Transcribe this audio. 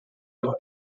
los